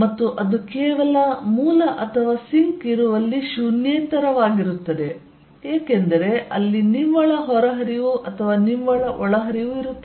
ಮತ್ತು ಅದು ಕೇವಲ ಮೂಲ ಅಥವಾ ಸಿಂಕ್ ಇರುವಲ್ಲಿ ಶೂನ್ಯೇತರವಾಗಿರುತ್ತದೆ ಏಕೆಂದರೆ ಅಲ್ಲಿ ನಿವ್ವಳ ಹೊರಹರಿವು ಅಥವಾ ನಿವ್ವಳ ಒಳಹರಿವು ಇರುತ್ತದೆ